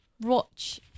watch